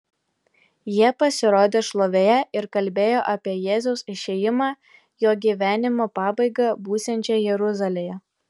jie pasirodė šlovėje ir kalbėjo apie jėzaus išėjimą jo gyvenimo pabaigą būsiančią jeruzalėje